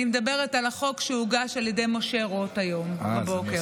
אני מדברת על החוק שהונח על ידי משה רוט היום בבוקר.